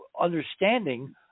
understanding